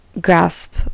grasp